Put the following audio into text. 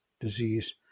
disease